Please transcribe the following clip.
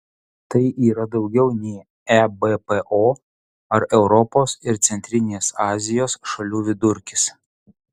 tai yra daugiau nei ebpo ar europos ir centrinės azijos šalių vidurkis